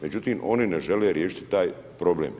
Međutim, oni ne žele riješiti taj problem.